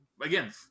Again